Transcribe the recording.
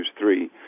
three